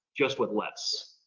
just with less,